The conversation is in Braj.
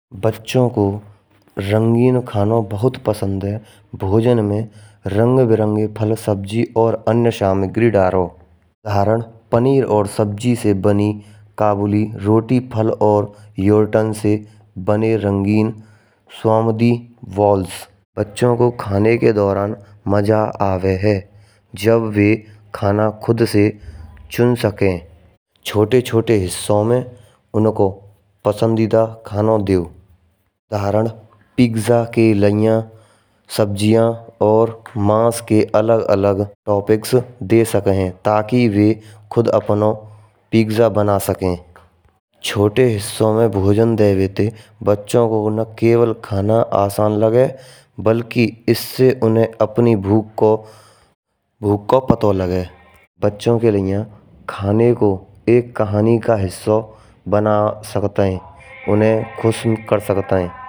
बच्चों को रंगीन खानों बहुत पसंद है। भोजन में रंग-बिरंगे फल, सब्जी और अन्य सामग्री डालो। दही, पनीर और सब्जी से बनी काबुली रोटी फल और दही से बने रंगीन सोमवती वॉल्स बच्चों को खाने के दौरान मजा आते हैं। जब भी खाना खुद से सुन सके। छोटे-छोटे हिस्सों में उनको पसंदीदा खानौ देउ। करण पिज्जा के लिए सब्जियां और मांस के अलग-अलग टॉपिक्स दे सके। ताकि वे अपना खुद अलग-अलग पिज्जा बना सके। छोटे हिस्सों में भोजन देने से बच्चों को न केवल खाना आसान लगे बल्कि इससे उन्हें अपनी भूख का पता लगे। बच्चों के लिए एक खाने को कहानी का हिस्सा बना सकते हैं, उन्हें खुश कर सकते हैं।